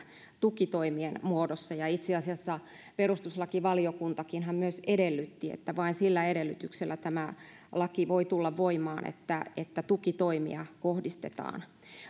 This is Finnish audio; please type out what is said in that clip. tukitoimien muodossa itse asiassa perustuslakivaliokuntakinhan edellytti että vain sillä edellytyksellä tämä laki voi tulla voimaan että että tukitoimia kohdistetaan